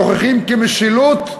שוכחים כי משילות,